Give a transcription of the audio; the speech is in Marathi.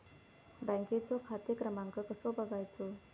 बँकेचो खाते क्रमांक कसो बगायचो?